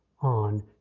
on